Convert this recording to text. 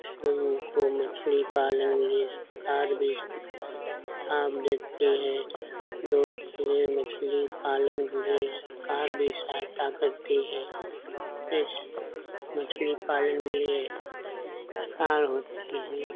को मछली पालन के लिए सरकार भी देती है लोगों के लिए मछली पालन के लिए सरकार भी सहायता करती है जैसे मछली पालन के लिए होती है